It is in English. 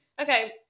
Okay